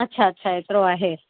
अच्छा अच्छा एतिरो आहे